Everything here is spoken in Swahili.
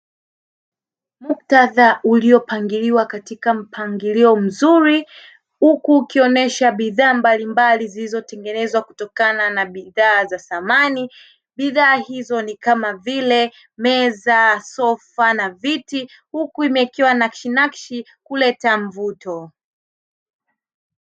Muktadha uliopangiliwa katika mpangilio mzuri huku ukionyesha bidhaa mbalimbali zilizotengenezwa kutokana na bidhaa za samani. Bidhaa hizo ni kama vile: meza, sofa na viti huku imewekewa nakshinakshi kuleta mvuto.